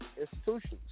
institutions